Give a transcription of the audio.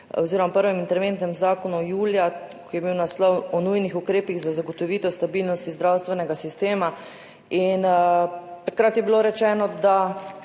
oziroma prvem interventnem zakonu julija, ko je bil naslov »o nujnih ukrepih za zagotovitev stabilnosti zdravstvenega sistema«. In takrat je bilo rečeno, da